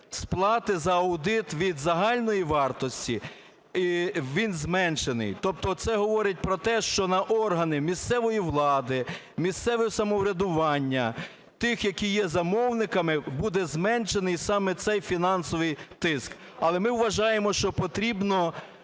сплати за аудит від загальної вартості, він зменшений. Тобто це говорить про те, що на органи місцевої влади, місцевого самоврядування, тих, які є замовниками, буде зменшений саме цей фінансовий тиск. Але ми вважаємо, що потрібно